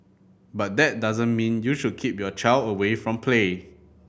but that doesn't mean you should keep your child away from play